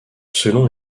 selon